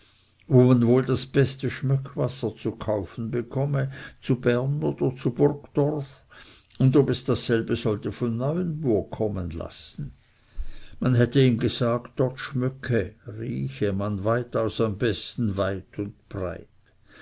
wo man wohl das beste schmöckwasser zu kaufen bekomme zu bern oder zu burgdorf oder ob es dasselbe sollte von neuenburg kommen lassen man hätte ihm gesagt dort schmöcke man weitaus am besten weit und breit